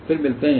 फिर मिलते हैं